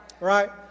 Right